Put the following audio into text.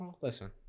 listen